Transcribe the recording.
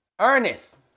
Ernest